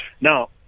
Now